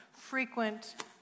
frequent